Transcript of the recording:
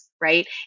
right